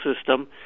system